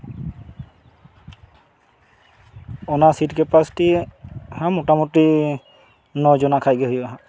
ᱚᱱᱟ seat capacity ᱦᱚᱸ ᱢᱚᱴᱟᱢᱩᱴᱤ ᱱᱚ ᱡᱚᱱᱟ ᱠᱷᱟᱡ ᱜᱮ ᱦᱩᱭᱩᱜᱼᱟ ᱦᱟᱸᱜ